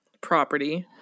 property